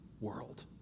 world